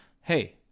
hey